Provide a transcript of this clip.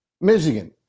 Michigan